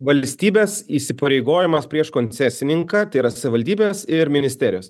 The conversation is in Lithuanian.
valstybės įsipareigojimas prieš koncesininką tai yra savivaldybės ir ministerijos